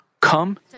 come